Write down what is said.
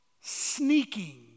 sneaking